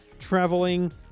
traveling